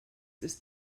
ist